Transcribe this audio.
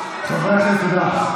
לעשירים.